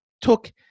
took